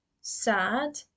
sad